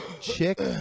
chick